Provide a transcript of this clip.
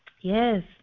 Yes